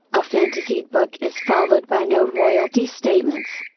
a fantasied book is followed by no royalty statements.